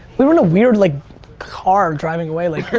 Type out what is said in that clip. we were in a weird like car driving away. like